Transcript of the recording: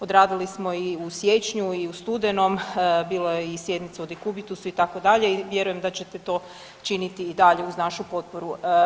Odradili smo i u siječnju i u studenom, bilo je i sjednica o dekubitusu, itd. i vjerujem da ćete to činiti i dalje uz našu potporu.